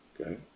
Okay